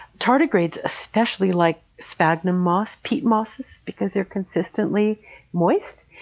tardigrades especially like sphagnum moss, peat mosses, because they're consistently moist.